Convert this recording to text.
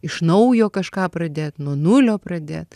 iš naujo kažką pradėt nuo nulio pradėt